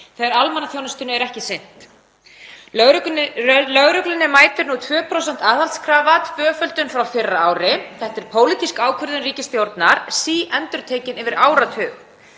þegar almannaþjónustunni er ekki sinnt. Lögreglunni mætir nú 2% aðhaldskrafa, tvöföldun frá fyrra ári. Þetta er pólitísk ákvörðun ríkisstjórnar, síendurtekin yfir áratug.